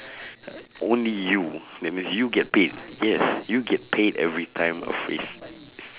only you that means you get paid yes you get paid every time a phrase is